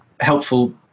helpful